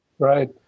Right